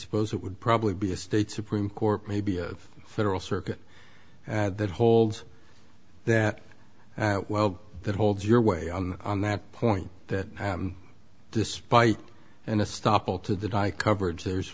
suppose it would probably be a state supreme court maybe a federal circuit that holds that well that holds your way on on that point that despite an a stop all to the die coverage there's